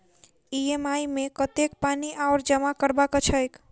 EMI मे कतेक पानि आओर जमा करबाक छैक?